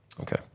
Okay